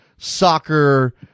soccer